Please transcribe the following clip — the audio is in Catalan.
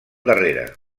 darrere